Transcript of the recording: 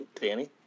Danny